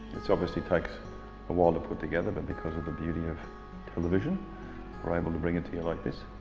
it obviously takes a while to put together, but because of the beauty of television we're able to bring it to you like this.